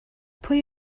pwy